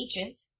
agent